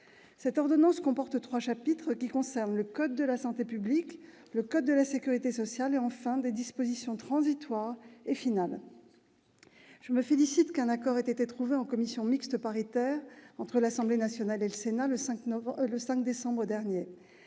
Cette ordonnance comporte trois chapitres, qui concernent le code de la santé publique, le code de la sécurité sociale et, enfin, les dispositions transitoires et finales. Je me félicite qu'un accord ait été trouvé en commission mixte paritaire entre l'Assemblée nationale et le Sénat, le 5 décembre dernier.